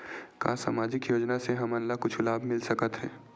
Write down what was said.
का सामाजिक योजना से हमन ला कुछु लाभ मिल सकत हे?